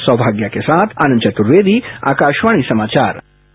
सौभाग्य के साथ आनंद चतुर्वेदी आकाशवाणी समाचार दिल्ली